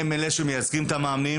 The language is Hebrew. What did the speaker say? הם אלה שמייצגים את המאמנים.